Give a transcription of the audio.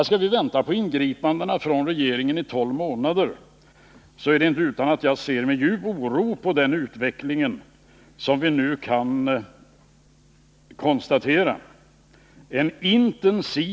Skall vi vänta på ingripandena från regeringen i tolv månader är det inte utan att jag ser med djup oro på den utveckling som vi nu kan konstatera.